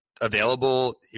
available